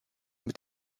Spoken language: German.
mit